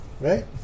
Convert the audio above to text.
Right